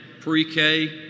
pre-K